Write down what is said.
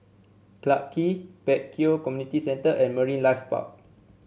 Clarke Quay Pek Kio Community Centre and Marine Life Park